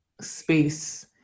space